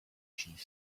chief